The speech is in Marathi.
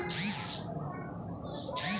किती लाखाचा आरोग्य विमा काढावा हे कसे ठरवावे?